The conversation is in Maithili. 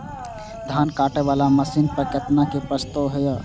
धान काटे वाला मशीन पर केतना के प्रस्ताव हय?